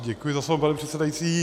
Děkuji za slovo, pane předsedající.